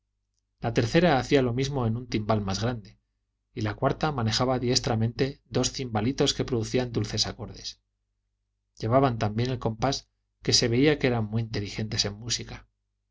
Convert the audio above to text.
la tercera hacía lo mismo en un timbal más grande y la cuarta manejaba diestramente dos cimbalitos que producían dulces acordes llevaban tan bien el compás que se veía que eran muy inteligentes en música